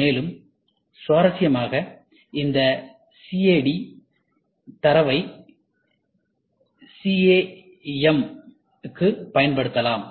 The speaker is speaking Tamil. மேலும் சுவாரஸ்யமாக இந்த சிஏடி தரவை சிஏஎம் க்கு பயன்படுத்தலாம்